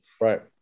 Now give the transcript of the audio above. Right